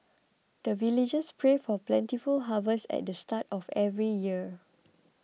the villagers pray for plentiful harvest at the start of every year